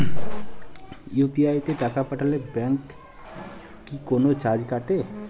UPI তে টাকা পাঠালে ব্যাংক কি কোনো চার্জ কাটে?